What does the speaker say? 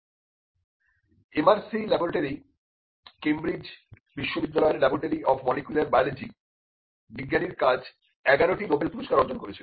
MRC laboratory Cambridge বিশ্ববিদ্যালয়ের laboratory of molecular biology বিজ্ঞানীর কাজ 11টি নোবেল পুরস্কার অর্জন করেছিল